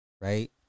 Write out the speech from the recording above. right